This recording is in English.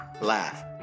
Laugh